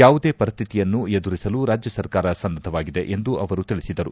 ಯಾವುದೇ ಪರಿಸ್ಥಿತಿಯನ್ನು ಎದುರಿಸಲು ರಾಜ್ಯ ಸರ್ಕಾರ ಸನ್ನದ್ದವಾಗಿದೆ ಎಂದು ಅವರು ತಿಳಿಸಿದರು